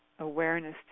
awareness